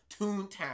Toontown